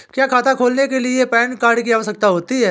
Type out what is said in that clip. क्या खाता खोलने के लिए पैन कार्ड की आवश्यकता होती है?